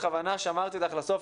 בכוונה שמרתי אותך לסוף,